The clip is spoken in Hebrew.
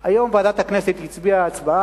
היום ועדת הכנסת הצביעה הצבעה,